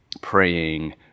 praying